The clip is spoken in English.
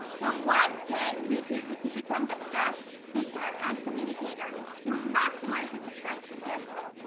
but what can you do to become the best speaker and communicator to maximize her success potential?